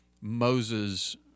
Moses